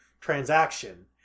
transaction